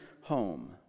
home